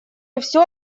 всё